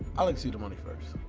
like see the money first.